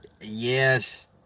Yes